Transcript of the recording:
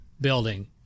building